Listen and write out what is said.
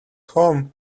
home